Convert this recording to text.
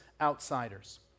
outsiders